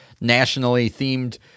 nationally-themed